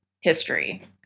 history